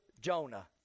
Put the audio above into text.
Jonah